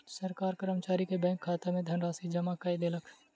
सरकार कर्मचारी के बैंक खाता में धनराशि जमा कय देलक